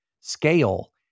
scale